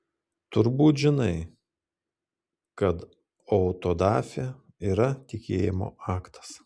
turbūt žinai kad autodafė yra tikėjimo aktas